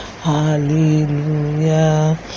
hallelujah